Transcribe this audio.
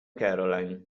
caroline